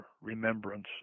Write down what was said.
remembrance